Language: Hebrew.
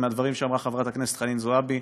ומהדברים שאמרה חברת הכנסת חנין זועבי,